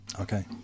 Okay